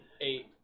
eight